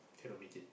cannot make it